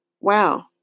Wow